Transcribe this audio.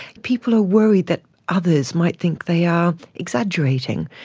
people are worried that others might think they are exaggerating,